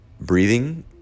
breathing